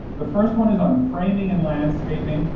the first one is on framing and landscaping.